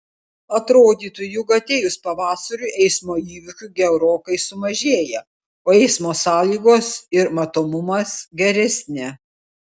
atrodytų jog atėjus pavasariui eismo įvykių gerokai sumažėja o eismo sąlygos ir matomumas geresni